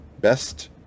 Best